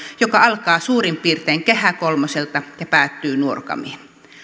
joka alkaa suurin piirtein kehä kolmoselta ja päättyy nuorgamiin